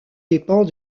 dépend